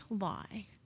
lie